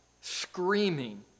screaming